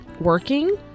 working